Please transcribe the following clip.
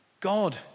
God